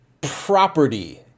property